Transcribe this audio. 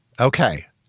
okay